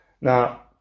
Now